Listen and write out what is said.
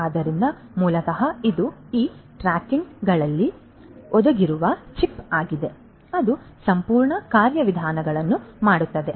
ಆದ್ದರಿಂದ ಮೂಲತಃ ಇದು ಈ ಟ್ಯಾಗ್ಗಳಲ್ಲಿ ಹುದುಗಿರುವ ಚಿಪ್ ಆಗಿದೆ ಅದು ಸಂಪೂರ್ಣ ಕಾರ್ಯವಿಧಾನವನ್ನು ಮಾಡುತ್ತದೆ